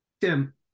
Tim